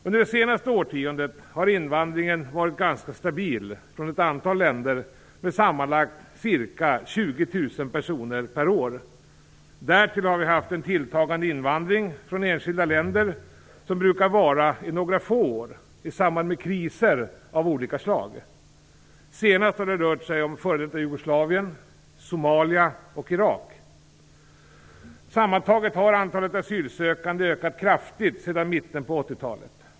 Under det senaste årtiondet har invandringen från ett antal länder varit ganska stabil med sammanlagt ca 20 000 personer per år. Därtill kommer att vi har haft en tilltagande invandring från enskilda länder, som brukar vara i några få år, i samband med kriser av olika slag. Senast har det rört sig om f.d. Jugoslavien, Somalia och Irak. Sammantaget har antalet asylsökande ökat kraftigt sedan mitten av 80-talet.